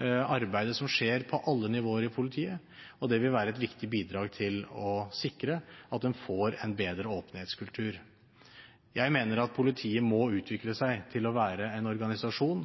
arbeidet som skjer på alle nivåer i politiet, og det vil være et viktig bidrag til å sikre at en får en bedre åpenhetskultur. Jeg mener politiet må utvikle seg til å bli en organisasjon